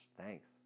thanks